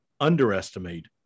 underestimate